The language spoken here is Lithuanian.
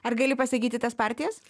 ar gali pasakyti tas partijas